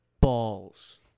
Balls